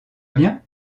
bien